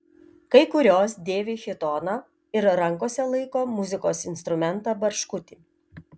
kai kurios dėvi chitoną ir rankose laiko muzikos instrumentą barškutį